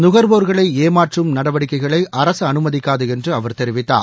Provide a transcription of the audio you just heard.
நுகர்வோரை ஏமாற்றும் நடவடிக்கைகளை அரசு அனுமதிக்காது என்றும் அவர் தெரிவித்தார்